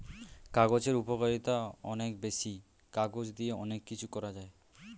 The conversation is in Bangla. কাগজের উপকারিতা অনেক বেশি, কাগজ দিয়ে অনেক কিছু করা যায়